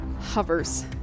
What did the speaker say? hovers